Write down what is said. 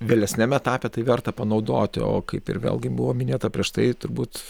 vėlesniam etape tai verta panaudoti o kaip ir vėlgi buvo minėta prieš tai turbūt